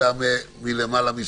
הפעם הראשונה.